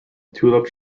tulip